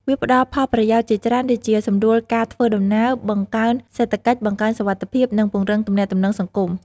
វាផ្ដល់ផលប្រយោជន៍ជាច្រើនដូចជា សម្រួលការធ្វើដំណើរ បង្កើនសេដ្ឋកិច្ច បង្កើនសុវត្ថិភាព និងពង្រឹងទំនាក់ទំនងសង្គម។